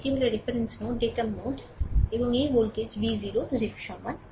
এবং এটি হল রেফারেন্স নোড ডেটাম নোড এবং এই ভোল্টেজ v 0 0 এর সমান ডান